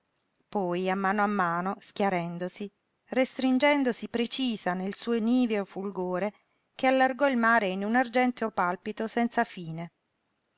poi a mano a mano schiarendosi restringendosi precisa nel suo niveo fulgore che allargò il mare in un argenteo pàlpito senza fine